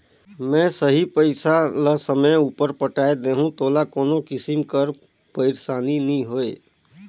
में सही पइसा ल समे उपर पटाए देहूं तोला कोनो किसिम कर पइरसानी नी होए